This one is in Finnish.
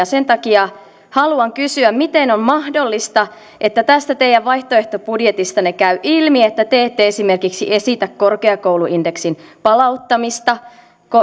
sen takia haluan kysyä miten on mahdollista että tästä teidän vaihtoehtobudjetistanne käy ilmi että te ette esimerkiksi esitä korkeakouluindeksin palauttamista